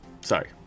Sorry